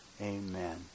Amen